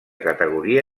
categoria